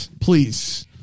Please